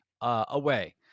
away